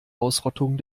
ausrottung